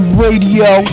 Radio